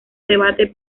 debate